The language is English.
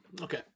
Okay